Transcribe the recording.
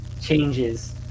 changes